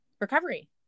recovery